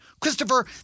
Christopher